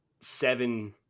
seven